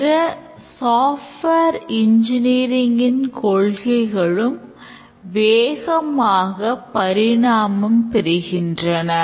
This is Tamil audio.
பிற சாஃப்ட்வேர் இன்ஜினியரிங் கொள்கைகளும் வேகமாக பரிணாமம் பெறுகின்றன